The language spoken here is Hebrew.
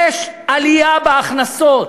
יש עלייה בהכנסות.